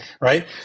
right